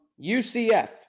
UCF